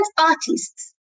artists